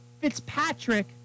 fitzpatrick